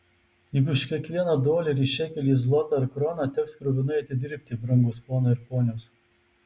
juk už kiekvieną dolerį šekelį zlotą ar kroną teks kruvinai atidirbti brangūs ponai ir ponios